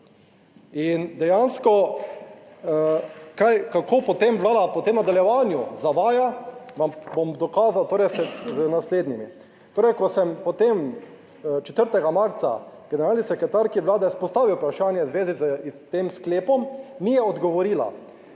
In dejansko, kaj, kako potem Vlada potem v nadaljevanju zavaja? Vam bom dokazal torej z naslednjimi. Torej, ko sem potem 4. marca generalni sekretarki Vlade postavil vprašanje v zvezi s tem sklepom, mi je odgovorila: